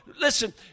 listen